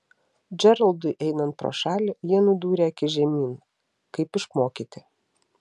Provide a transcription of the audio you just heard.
džeraldui einant pro šalį jie nudūrė akis žemyn kaip išmokyti